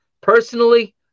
Personally